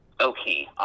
Okay